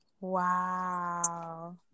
Wow